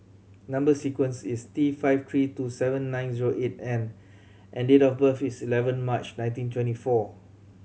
number sequence is T five three two seven nine zero eight N and date of birth is eleven March nineteen twenty four